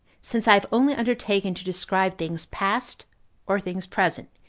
since i have only undertaken to describe things past or things present,